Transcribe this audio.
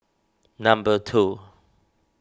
number two